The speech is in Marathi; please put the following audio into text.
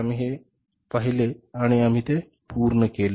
आम्ही ते पाहिले आणि आम्ही ते पूर्ण केले